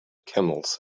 camels